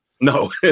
no